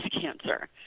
cancer